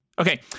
Okay